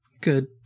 good